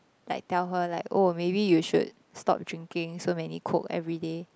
like tell her like oh maybe you should stop drinking so many Coke everyday